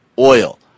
Oil